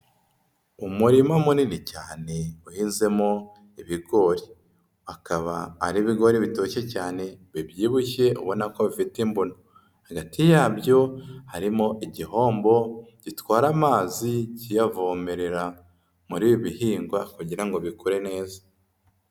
Umurima munini cyane uhenzemo ibigori, akaba ari ibigori bitoshye cyane bibyibushye ubona ko bafite imbuno, hagati yabyo harimo igihombo gitwara amazi kiyavomerera muri ibi bihingwa kugira ngo bikure neza.